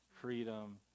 freedom